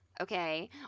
Okay